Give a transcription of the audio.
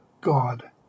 God